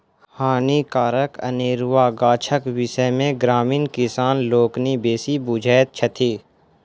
हानिकारक अनेरुआ गाछक विषय मे ग्रामीण किसान लोकनि बेसी बुझैत छथि